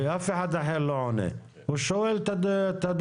ואף אחד אחר לא עונה, הוא שואל את הדובר.